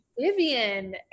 Vivian